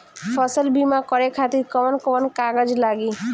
फसल बीमा करे खातिर कवन कवन कागज लागी?